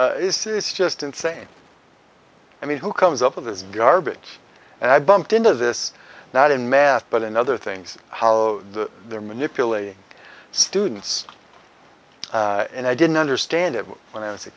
and it's is just insane i mean who comes up with this garbage and i bumped into this not in math but in other things how the they're manipulating students and i didn't understand it when i was a